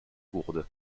gourde